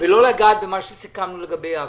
ולא לגעת במה שסיכמנו לגבי עכו.